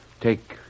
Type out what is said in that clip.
take